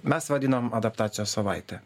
mes vadinam adaptacijos savaite